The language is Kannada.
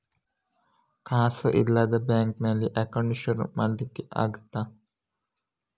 ಕಾಸು ಇಲ್ಲದ ಬ್ಯಾಂಕ್ ನಲ್ಲಿ ಅಕೌಂಟ್ ಶುರು ಮಾಡ್ಲಿಕ್ಕೆ ಆಗ್ತದಾ?